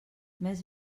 més